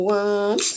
one